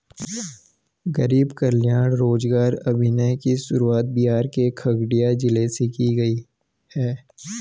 गरीब कल्याण रोजगार अभियान की शुरुआत बिहार के खगड़िया जिले से की गयी है